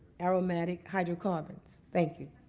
aromatic hydrocarbons. thank you.